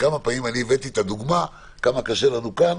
וכמה פעמים אני הבאתי את הדוגמה כמה קשה לנו כאן,